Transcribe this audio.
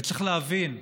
צריך להבין,